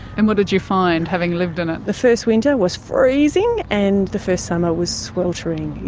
and what did you find, having lived in it? the first winter was freezing and the first summer was sweltering.